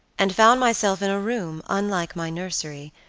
and found myself in a room, unlike my nursery,